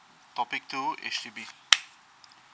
topic two H_D_B